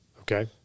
Okay